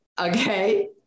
Okay